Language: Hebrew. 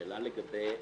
שאלה לגבי